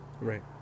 right